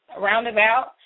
roundabout